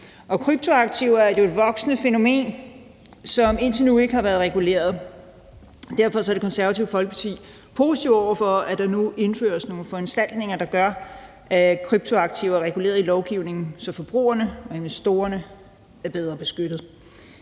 Kryptoaktiver er jo et voksende fænomen, som indtil nu ikke har været reguleret. Derfor er Det Konservative Folkeparti positive over for, at der nu indføres nogle foranstaltninger, der gør, at kryptoaktiver er reguleret i lovgivningen, så forbrugerne og investorerne er bedre beskyttet.